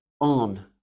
on